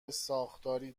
ساختاری